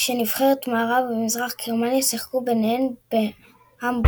כשנבחרות מערב ומזרח גרמניה שיחקו ביניהן בהמבורג.